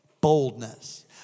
boldness